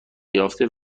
یافته